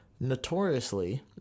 notoriously